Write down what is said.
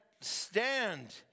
stand